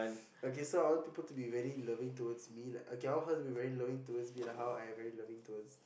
okay so I want people to be very loving towards me like okay I want her to be very loving towards me and how I'm very loving towards